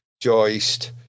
Joist